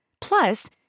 Plus